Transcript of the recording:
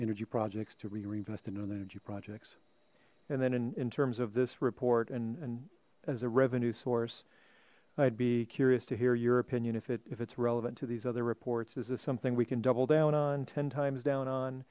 energy projects to reinvest in northern energy projects and then in in terms of this report and and as a revenue source i'd be curious to hear your opinion if it if it's relevant to these other reports is this something we can double down on ten times down on